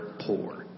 poor